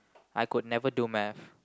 I could never do Math